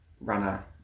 runner